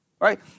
Right